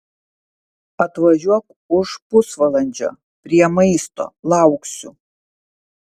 atvažiuok už pusvalandžio prie maisto lauksiu